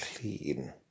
clean